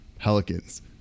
pelicans